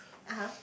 (uh huh)